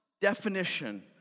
Definition